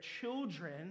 children